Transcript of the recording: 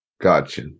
Gotcha